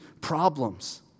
problems